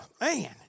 Man